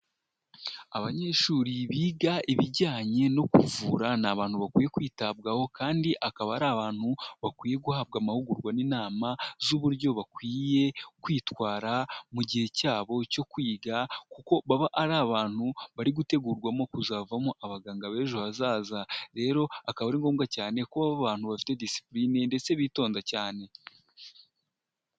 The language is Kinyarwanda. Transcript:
Abanyeshuri biga ibijyanye no kuvura, ni abantu bakwiye kwitabwaho kandi akaba ari abantu bakwiye guhabwa amahugurwa n'inama z'uburyo bakwiye kwitwara mu gihe cyabo cyo kwiga, kuko baba ari abantu bari gutegurwamo kuzavamo abaganga b'ejo hazaza, rero akaba ari ngombwa cyane ko baba abantu bafite disipurine, ndetse bitonda cyane.